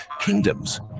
Kingdoms